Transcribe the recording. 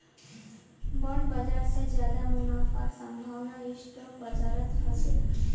bond बाजार स ज्यादा मुनाफार संभावना स्टॉक बाजारत ह छेक